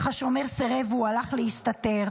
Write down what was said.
אך השומר סירב והוא הלך להסתתר.